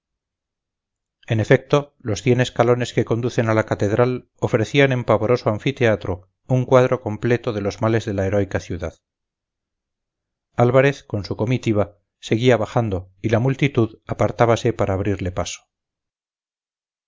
en efecto los cien escalones que conducen a la catedral ofrecían en pavoroso anfiteatro un cuadro completo de los males de la heroica ciudad álvarez con su comitiva seguía bajando y la multitud apartábase para abrirle paso